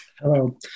Hello